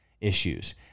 issues